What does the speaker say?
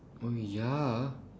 oh ya ah